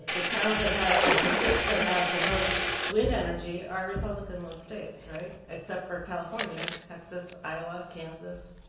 the towns that have the states that have the most wind energy are republican load states, right? except for california, texas, iowa, kansas,